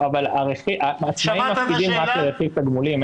אבל העצמאים מפקידים רק לפי תגמולים,